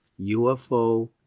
UFO